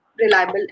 reliable